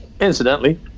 Incidentally